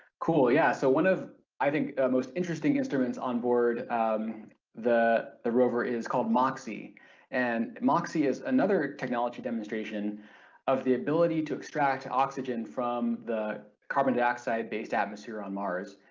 cool, yeah, so one of i think most interesting instruments on board um the the rover is called moxie and moxie is another technology demonstration of the ability to extract oxygen from the carbon dioxide based atmosphere on mars.